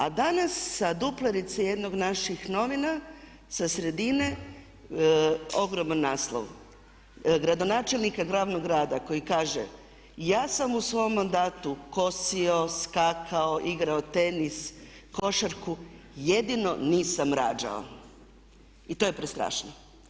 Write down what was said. A danas sa duplerice jednih naših novina sa sredine ogroman naslov gradonačelnika glavnog grada koji kaže „Ja sam u svom mandatu kosio, skakao, igrao tenis, košarku jedino nisam rađao.“ I to je prestrašno.